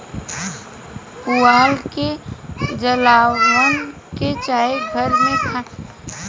पुआल के जलावन में चाहे घर में खाना बनावे के काम आवेला